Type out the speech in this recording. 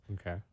Okay